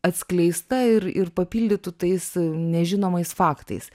atskleista ir ir papildytų tais nežinomais faktais